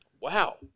Wow